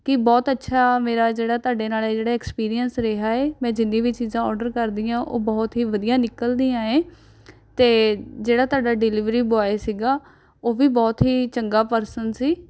ਕਿ ਬਹੁਤ ਅੱਛਾ ਮੇਰਾ ਜਿਹੜਾ ਤੁਹਾਡੇ ਨਾਲ ਇਹ ਜਿਹੜਾ ਐਕਸਪੀਰੀਐਂਸ ਰਿਹਾ ਹੈ ਮੈਂ ਜਿੰਨੀ ਵੀ ਚੀਜ਼ਾਂ ਔਡਰ ਕਰਦੀ ਹਾਂ ਉਹ ਬਹੁਤ ਹੀ ਵਧੀਆ ਨਿਕਲਦੀਆਂ ਹੈ ਅਤੇ ਜਿਹੜਾ ਤੁਹਾਡਾ ਡਿਲਿਵਰੀ ਬੋਆਏ ਸੀ ਉਹ ਵੀ ਬਹੁਤ ਹੀ ਚੰਗਾ ਪਰਸਨ ਸੀ